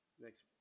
next